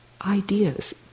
ideas